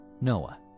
Noah